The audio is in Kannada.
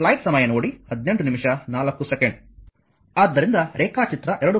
ಆದ್ದರಿಂದ ರೇಖಾಚಿತ್ರ 2